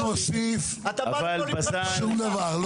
זה לא מוסיף שום דבר.